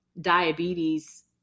diabetes